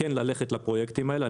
כן ללכת לפרויקטים האלה.